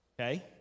Okay